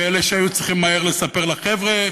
ואלה שהיו צריכים מהר לספר לחבר'ה,